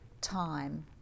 time